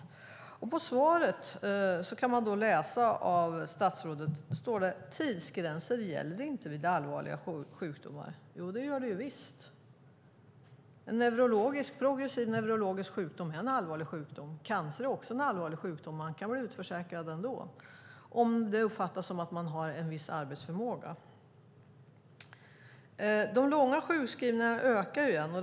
I svaret från statsrådet kan man läsa att tidsgränser inte gäller vid allvarliga sjukdomar. Jo, det gör de visst! En progressiv neurologisk sjukdom är en allvarlig sjukdom. Cancer är också en allvarlig sjukdom, men man kan bli utförsäkrad ändå om det uppfattas som att man har en viss arbetsförmåga. De långa sjukskrivningarna ökar igen.